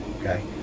okay